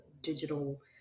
digital